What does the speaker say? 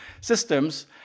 systems